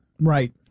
Right